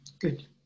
good